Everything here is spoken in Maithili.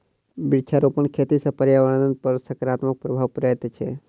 वृक्षारोपण खेती सॅ पर्यावरणपर सकारात्मक प्रभाव पड़ैत छै